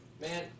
Man